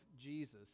Jesus